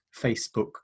Facebook